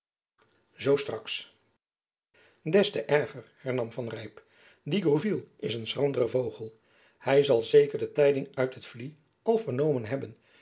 zoo straks des te erger hernam van rijp die gourville is een schrandere vogel hy zal zeker de tijding uit het vlie al vernomen hebben